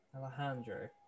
Alejandro